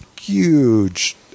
huge